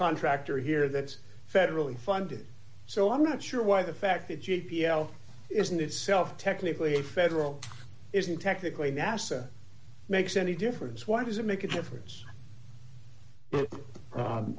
contractor here that federally funded so i'm not sure why the fact that j p l isn't itself technically a federal isn't technically nasa makes any difference why does it make a difference